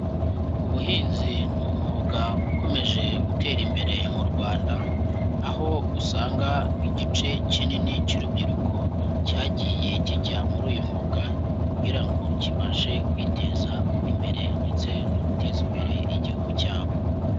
Ubuhinzi ni umwuga ukomeje gutera imbere mu Rwanda, aho usanga igice kinini cy'urubyiruko cyagiye kijya muri uyu mwuga, kugira ngo kibashe kwiteza imbere ndetse no guteza imbere igihugu cyabo.